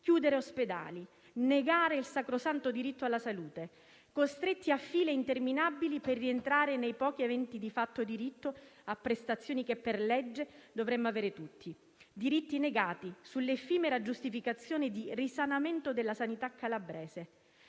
chiudere ospedali, negare il sacrosanto diritto alla salute; costretti a file interminabili per rientrare nei pochi aventi di fatto diritto a prestazioni che per legge dovremmo avere tutti. Diritti negati sull'effimera giustificazione di "risanamento della sanità calabrese",